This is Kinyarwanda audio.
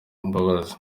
mbabazi